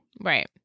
right